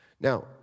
Now